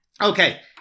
Okay